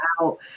out